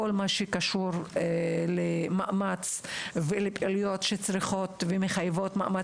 כל מה שקשור למאמץ ולפעילויות שצריכות ומחייבות מאמץ.